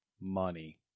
Money